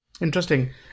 Interesting